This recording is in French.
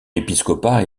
épiscopat